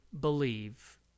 believe